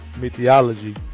mythology